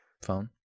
phone